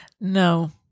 No